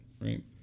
right